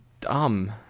dumb